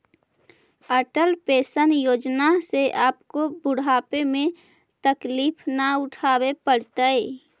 Atal pension Yojana से आपको बुढ़ापे में तकलीफ न उठावे पड़तई